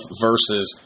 versus